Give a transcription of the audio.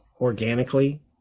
organically